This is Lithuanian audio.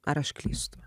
ar aš klystu